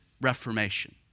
Reformation